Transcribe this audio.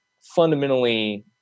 fundamentally